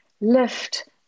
lift